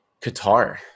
Qatar